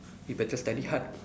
you better study hard